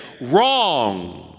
wrong